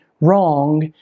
wrong